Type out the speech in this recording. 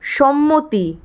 সম্মতি